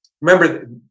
Remember